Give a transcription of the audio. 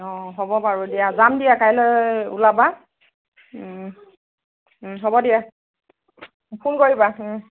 অ হ'ব বাৰু দিয়া যাম দিয়া কাইলৈ ওলাবা হ'ব দিয়া ফোন কৰিবা